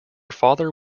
father